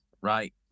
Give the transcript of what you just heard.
Right